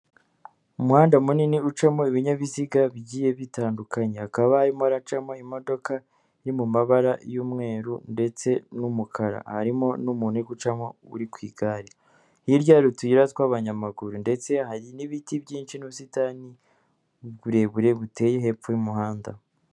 Umuhanda munini ucamo ibinyabiziga bigiye bitandukanyekanya, hakaba harimo haracamo imodoka iri mu mabara y'umweru ndetse n'umukara, harimo n'umuntu gucamo uri ku igare, hirya hari utuyira tw'abanyamaguru ndetse hari n'ibiti byinshi n'ubusitani uburebure buteye hepfo y'umuhanda.